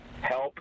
help